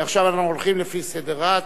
ועכשיו אנחנו הולכים לפי סדר רץ.